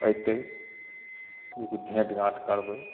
अयतै जेकि भेँट घाट करबै